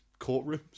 courtrooms